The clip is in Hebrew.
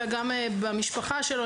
אלא גם במשפחה שלו.